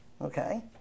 Okay